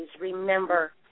remember